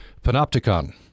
panopticon